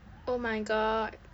oh my god